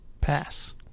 pass